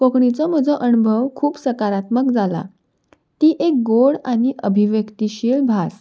कोंकणीचो म्हजो अणभव खूब सकारात्मक जाला ती एक गोड आनी अभिव्यक्तशील भास